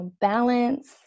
balance